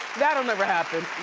that'll never happen.